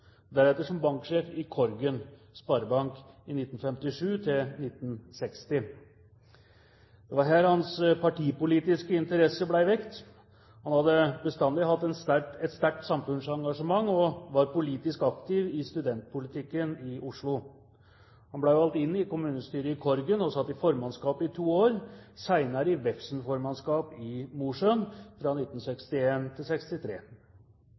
deretter som banksjef i Korgen Sparebank fra 1957 til 1960. Det var her hans partipolitiske interesse ble vekket. Han hadde bestandig hatt et sterkt samfunnsengasjement og var politisk aktiv i studentpolitikken i Oslo. Han ble valgt inn i kommunestyret i Korgen og satt i formannskapet i to år, senere i Vefsn formannskap i Mosjøen fra 1961 til